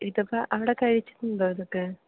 ഇതൊക്കെ അവിടെ കഴിച്ചിട്ടുണ്ടോ ഇതൊക്കെ